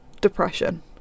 depression